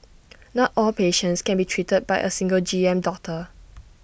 not all patients can be treated by A single G M doctor